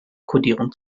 kodierung